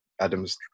Adams